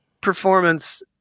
performance